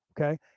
Okay